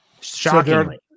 Shockingly